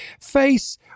face